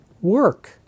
work